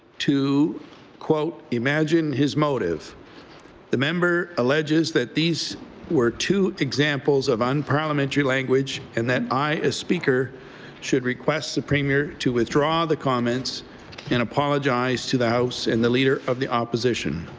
to imagine his motive the member alleges that these were two examples of unparliamentary language and i as speaker should request the premier to with draw the comments and apologize to the house and the leader of the opposition.